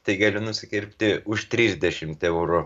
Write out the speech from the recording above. tai galiu nusikirpti už trisdešimt eurų